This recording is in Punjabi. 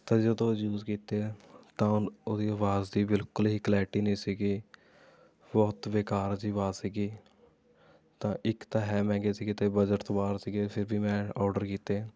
ਤਾਂ ਜਦੋਂ ਯੂਜ਼ ਕੀਤੇ ਤਾਂ ਉਹਦੀ ਆਵਾਜ਼ ਦੀ ਬਿਲਕੁਲ ਹੀ ਕਲੈਰਟੀ ਨਹੀਂ ਸੀ ਬਹੁਤ ਬੇਕਾਰ ਜਿਹੀ ਆਵਾਜ਼ ਸੀ ਤਾਂ ਇੱਕ ਤਾਂ ਹੈ ਮਹਿੰਗੇ ਸੀ ਅਤੇ ਬਜਟ ਤੋਂ ਬਾਹਰ ਸੀ ਫਿਰ ਵੀ ਮੈਂ ਆਰਡਰ ਕੀਤੇ